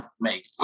make